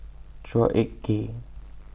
Chua Ek Kay